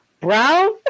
Brown